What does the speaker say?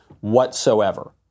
whatsoever